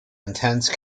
intense